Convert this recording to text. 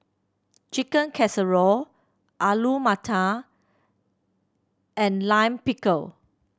Chicken Casserole Alu Matar and Lime Pickle